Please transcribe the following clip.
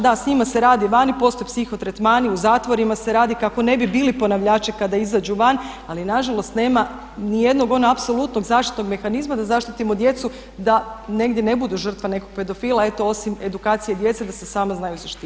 Da, s njima se radi vani, postoje psiho tretmani u zatvorima, u zatvorima se radi kako ne bi bili ponavljači kada izađu van ali nažalost nema ni jednog onog apsolutnog zaštitnog mehanizma da zaštitimo djecu da negdje ne budu žrtva nekog pedofila eto osim edukacije djece da se sama znaju zaštiti.